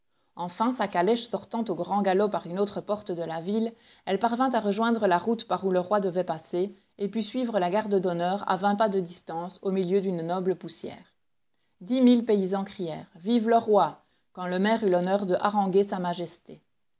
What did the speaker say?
enfin sa calèche sortant au grand galop par une autre porte de la ville elle parvint à rejoindre la route par où le roi devait passer et put suivre la garde d'honneur à vingt pas de distance au milieu d'une noble poussière dix mille paysans crièrent vive le roi quand le maire eut l'honneur de haranguer sa majesté